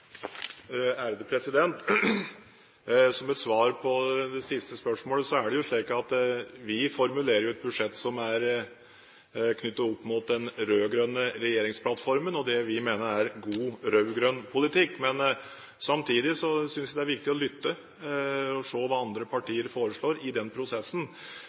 Som et svar på det siste spørsmålet, er det jo slik at vi formulerer et budsjett som er knyttet opp mot den rød-grønne regjeringsplattformen og det vi mener er god rød-grønn politikk. Men samtidig synes jeg det er viktig å lytte til og se hva andre partier foreslår i den prosessen.